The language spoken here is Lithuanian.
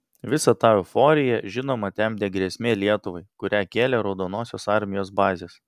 visą tą euforiją žinoma temdė grėsmė lietuvai kurią kėlė raudonosios armijos bazės